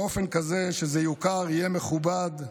באופן כזה שזה יוכר, יהיה מכובד,